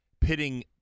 pitting